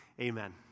amen